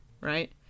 right